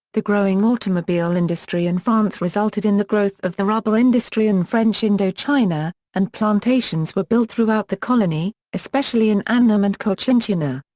the growing automobile industry in france resulted in the growth of the rubber industry in french indochina, and plantations were built throughout the colony, especially in annam and cochinchina.